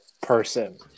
person